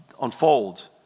unfolds